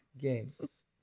games